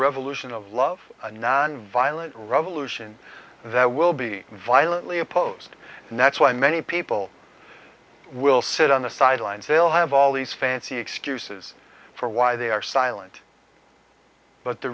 revolution of love a nonviolent revolution that will be violently opposed and that's why many people will sit on the sidelines they'll have all these fancy excuses for why they are silent but the